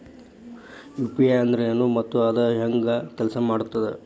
UPI ಅಂದ್ರೆನು ಮತ್ತ ಅದ ಹೆಂಗ ಕೆಲ್ಸ ಮಾಡ್ತದ